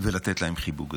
ולתת להם חיבוק גדול.